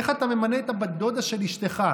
איך אתה ממנה את הבת דודה של אשתך,